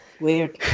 Weird